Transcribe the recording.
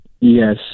Yes